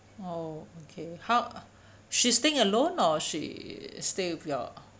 oh okay how she's staying alone or she stay with your